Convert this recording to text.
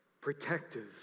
protective